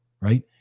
right